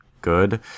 good